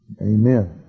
Amen